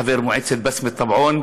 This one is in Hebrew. חבר מועצת בסמת-טבעון,